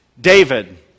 David